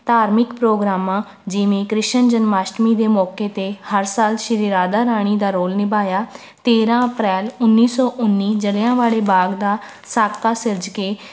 ਧਾਰਮਿਕ ਪ੍ਰੋਗਰਾਮਾਂ ਜਿਵੇਂ ਕ੍ਰਿਸ਼ਨ ਜਨਮਾਸ਼ਟਮੀ ਦੇ ਮੌਕੇ 'ਤੇ ਹਰ ਸਾਲ ਸ਼੍ਰੀ ਰਾਧਾ ਰਾਣੀ ਦਾ ਰੋਲ ਨਿਭਾਇਆ ਤੇਰ੍ਹਾਂ ਅਪ੍ਰੈਲ ਉੱਨੀ ਸੌ ਉੱਨੀ ਜਲ੍ਹਿਆਂਵਾਲੇ ਬਾਗ ਦਾ ਸਾਕਾ ਸਿਰਜ ਕੇ